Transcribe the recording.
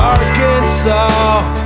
Arkansas